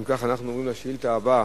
אם כך, אנחנו עוברים לשאילתא הבאה,